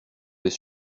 les